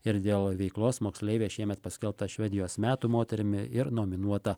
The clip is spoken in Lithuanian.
ir dėl veiklos moksleivė šiemet paskelbta švedijos metų moterimi ir nominuota